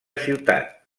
ciutat